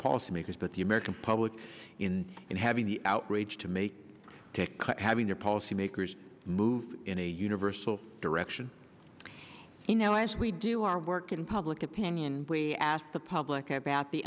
policy makers but the american public in and having the outrage to make take having their policymakers move in a universal direction you know as we do our work in public opinion we asked the public about the